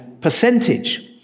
percentage